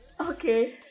okay